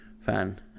fan